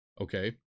Okay